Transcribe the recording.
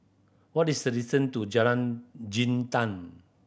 what is the distance to Jalan Jintan